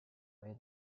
way